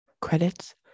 credits